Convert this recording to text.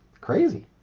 Crazy